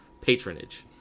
patronage